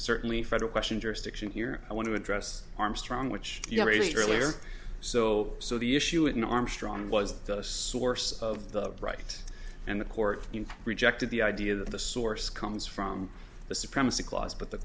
certainly federal question jurisdiction here i want to address armstrong which you raised earlier so so the issue in armstrong was the source of the right and the court rejected the idea that the source comes from the supremacy clause but the